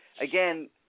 again